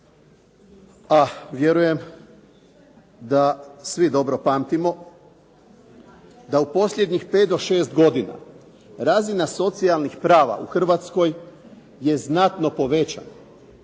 a vjerujem da svi dobro pamtimo da u posljednjih 5 do 6 godina razina socijalnih prava u Hrvatskoj je znatno povećana.